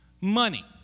money